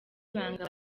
ibanga